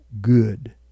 good